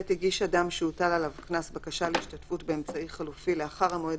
הגיש אדם שהוטל עליו קנס בקשה להשתתפות באמצעי חלופי לאחר המועד